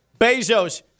Bezos